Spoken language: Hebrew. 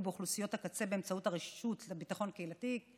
באוכלוסיות הקצה באמצעות הרשות לביטחון קהילתי,